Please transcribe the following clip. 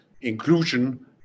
inclusion